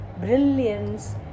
brilliance